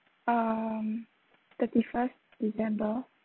um thirty first december